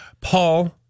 Paul